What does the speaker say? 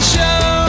Show